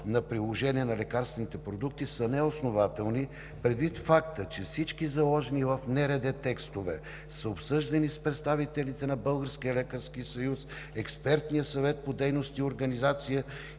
на приложение на лекарствените продукти са неоснователни, предвид факта че всички заложени в Националния рамков договор текстове са обсъждани с представителите на Българския лекарски съюз, Експертния съвет по дейности организация